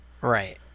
Right